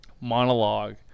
monologue